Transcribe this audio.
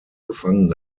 gefangen